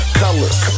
colors